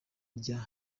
rya